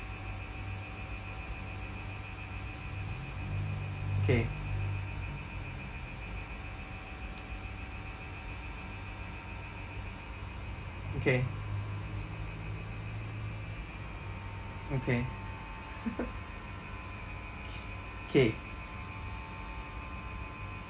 K okay okay k~ K